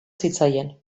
zitzaien